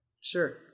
Sure